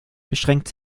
beschränkt